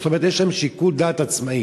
זאת אומרת, יש להן שיקול דעת עצמאי.